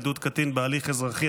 עדות קטין בהליך אזרחי),